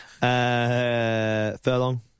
Furlong